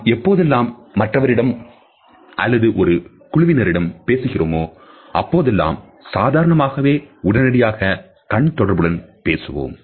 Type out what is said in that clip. நாம் எப்போதெல்லாம் மற்றவரிடம் அல்லது ஒரு குழுவினரிடம் பேசுகிறோமோ அப்போதெல்லாம் சாதாரணமாகவே உடனடியாக கண் தொடர்புடன் பேசுவோம்